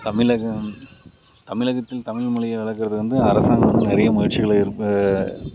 தமிழக தமிழகத்தில் தமிழ் மொழியை வளர்க்குறது வந்து அரசாங்கம் வந்து நிறைய முயற்சிகளை